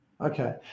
Okay